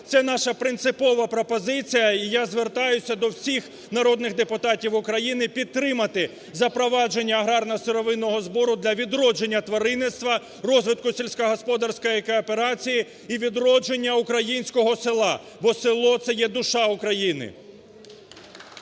Це наша принципова пропозиція. І я звертаюся до всіх народних депутатів України підтримати запровадження аграрно-сировинного збору для відродження тваринництва, розвитку сільськогосподарської кооперації і відродження українського села. Бо село це є душа України.